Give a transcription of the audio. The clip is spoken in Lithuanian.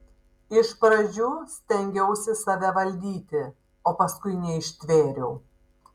iš pradžių stengiausi save valdyti o paskui neištvėriau